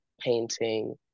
painting